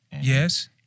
Yes